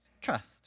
Trust